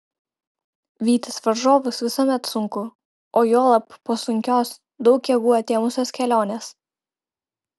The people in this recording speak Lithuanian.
vytis varžovus visuomet sunku o juolab po sunkios daug jėgų atėmusios kelionės